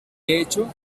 hecho